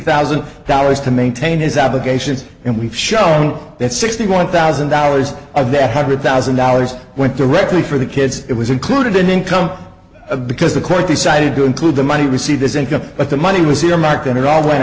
thousand dollars to maintain his obligations and we show that sixty one thousand dollars of that hundred thousand dollars went directly for the kids it was included in income because the court decided to include the money received this income but the money was earmarked and it all went